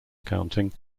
counting